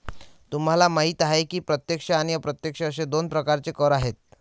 तुम्हाला माहिती आहे की प्रत्यक्ष आणि अप्रत्यक्ष असे दोन प्रकारचे कर आहेत